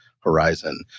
horizon